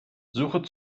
suche